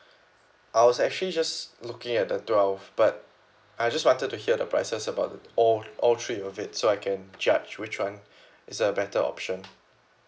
I was actually just looking at the twelve but I just wanted to hear the prices about all all three of it so I can judge which one is a better option